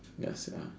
ya sia